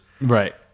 Right